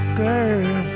girl